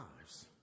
lives